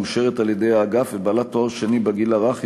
מאושרת על-ידי האגף ובעלת תואר שני בגיל הרך,